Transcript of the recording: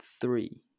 three